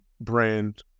brand